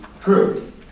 true